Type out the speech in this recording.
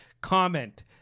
Comment